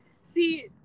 See